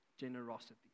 generosity